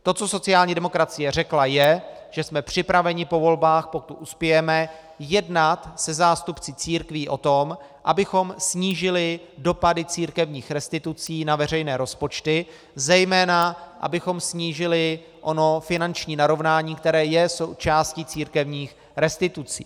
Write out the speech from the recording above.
To, co sociální demokracie řekla, je, že jsme připraveni po volbách, pokud uspějeme, jednat se zástupci církví o tom, abychom snížili dopady církevních restitucí na veřejné rozpočty, zejména abychom snížili ono finanční narovnání, které je součástí církevních restitucí.